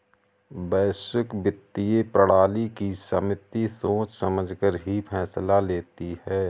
वैश्विक वित्तीय प्रणाली की समिति सोच समझकर ही फैसला लेती है